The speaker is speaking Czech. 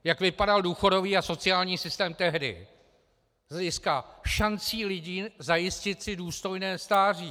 Jak vypadal důchodový a sociální systém tehdy z hlediska šancí lidí zajistit si důstojné stáří?